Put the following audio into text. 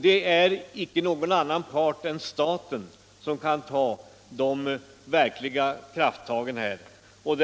Det är icke någon annan part än staten som kan ta krafttagen härvidlag.